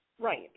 Right